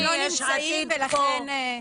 הם לא נמצאים פה.